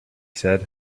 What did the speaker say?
said